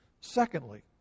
Secondly